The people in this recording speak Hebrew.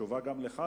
תשובה גם לך,